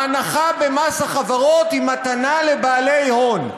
ההנחה במס החברות היא מתנה לבעלי הון.